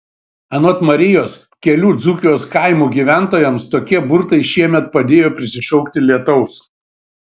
anot marijos kelių dzūkijos kaimų gyventojams tokie burtai šiemet padėjo prisišaukti lietaus